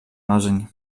marzeń